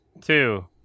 two